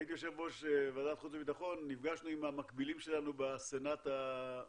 כשהייתי יושב ראש ועדת חוץ וביטחון נפגשנו עם המקבילים שלנו בסנאט הרוסי